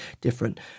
different